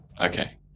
Okay